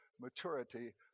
maturity